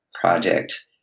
project